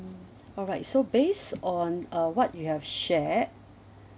alright so based on uh what you have shared